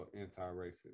anti-racist